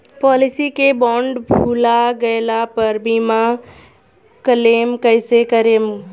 Policy के bond भुला गैला पर बीमा क्लेम कईसे करम?